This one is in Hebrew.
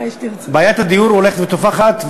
בעיית הדיור הולכת ותופחת,